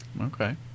Okay